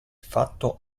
fatto